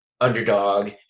Underdog